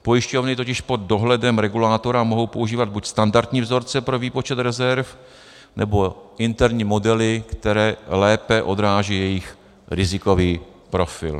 Pojišťovny totiž pod dohledem regulátora mohou používat buď standardní vzorce pro výpočet rezerv, nebo interní modely, které lépe odrážejí jejich rizikový profil.